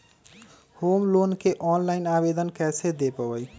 Home loan के online आवेदन कैसे दें पवई?